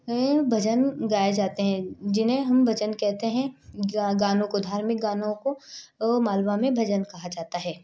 भजन गाए जाते हैं जिन्हें हम भजन कहते हैं गा गानों को धार्मिक गानों को वो मालवा में भजन कहा जाता है